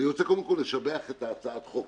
אני רוצה קודם כל לשבח את הצעת החוק.